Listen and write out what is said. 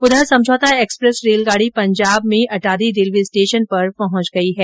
उधर समझौता एक्स्प्रेस रेलगाड़ी पंजाब में अटारी रेलवे स्टेशन पर पहुंच गई है